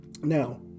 Now